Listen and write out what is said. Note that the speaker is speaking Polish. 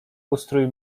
ustrój